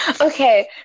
okay